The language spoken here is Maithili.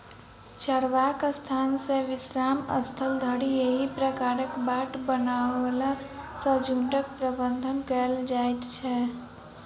चरबाक स्थान सॅ विश्राम स्थल धरि एहि प्रकारक बाट बनओला सॅ झुंडक प्रबंधन कयल जाइत छै